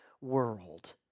world